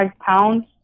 pounds